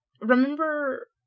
remember